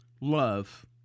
love